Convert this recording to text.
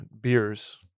beers